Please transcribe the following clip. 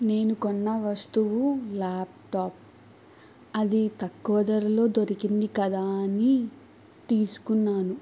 నేను కొన్న వస్తువు ల్యాప్టాప్ అది తక్కువ ధరలో దొరికింది కదా అని తీసుకున్నాను